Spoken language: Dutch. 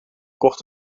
kocht